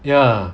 ya